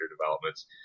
developments